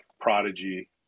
prodigy